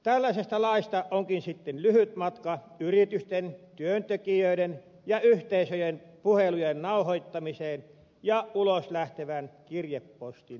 tällaisesta laista onkin sitten lyhyt matka yritysten työntekijöiden ja yhteisöjen puhelujen nauhoittamiseen ja uloslähtevän kirjepostin availuun